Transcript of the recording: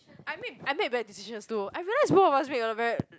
I made I made bad decisions too I realized both of us make a lot of bad